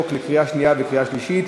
לקריאה שנייה וקריאה שלישית.